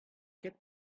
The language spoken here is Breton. ket